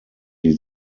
die